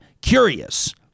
curious